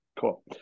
Cool